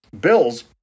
Bills